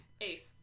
Ace